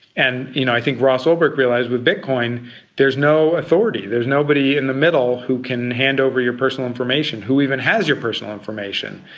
and you know i think ross ulbricht realised with bitcoin there's no authority, there's nobody in the middle who can hand over your personal information, who even has your personal information.